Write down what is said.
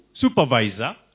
supervisor